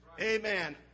Amen